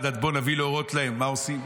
עד בוא נביא להורות עליהן" מה עושים,